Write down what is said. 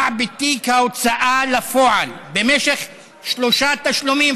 בתיק ההוצאה לפועל במשך שלושה תשלומים,